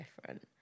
different